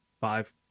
five